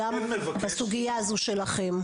גם בסוגיה הזו שלכם.